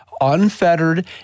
Unfettered